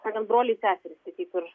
sakant broliai seserys tai kaip ir